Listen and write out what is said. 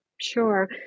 Sure